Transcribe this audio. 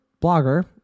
blogger